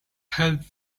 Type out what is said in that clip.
held